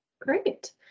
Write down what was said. great